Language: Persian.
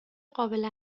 قابل